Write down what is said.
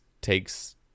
takes